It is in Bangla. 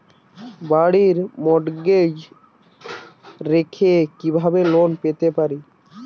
বাড়ি মর্টগেজ রেখে কিভাবে লোন পেতে পারি?